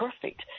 perfect